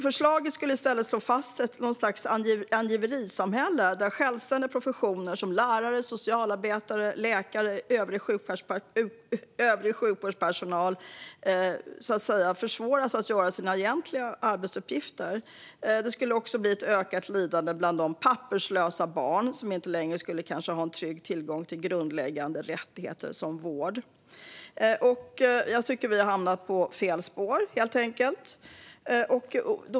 Förslaget skulle i stället slå fast något slags angiverisamhälle, där självständiga professioner som lärare, socialarbetare, läkare och övrig sjukvårdspersonal får svårare att utföra sina egentliga arbetsuppgifter. Det skulle också leda till ett ökat lidande bland de papperslösa barn som kanske inte längre skulle ha trygg tillgång till grundläggande rättigheter som vård. Jag tycker att vi har hamnat på fel spår, helt enkelt.